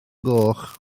goch